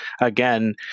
again